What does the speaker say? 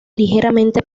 ligeramente